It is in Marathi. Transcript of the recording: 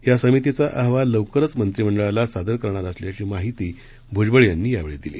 यासमितीचाअहवाललवकरचमंत्रिमंडळालासादरकरणारअसल्याचीमाहितीभ्जबळयांनीयावेळी दिली